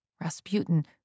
Rasputin